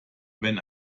wenn